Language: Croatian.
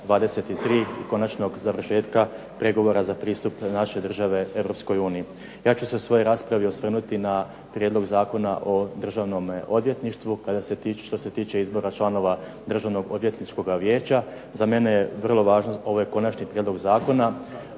23.,konačnog završetka pregovora za pristup naše države Europskoj uniji. Ja ću se u svojoj raspravi osvrnuti na Prijedlog Zakona o Državnome odvjetništvu što se tiče izbora članova Državno odvjetničkog vijeća. Za mene je vrlo važan ovaj konačni prijedlog zakona.